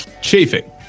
chafing